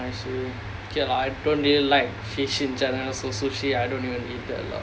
I see okay lah I don't really like fish in general so sushi I don't even eat that lah